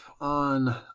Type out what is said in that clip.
on